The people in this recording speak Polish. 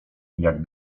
jak